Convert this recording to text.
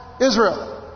Israel